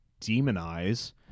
demonize